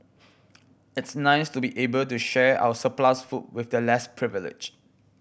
it's nice to be able to share our surplus food with the less privileged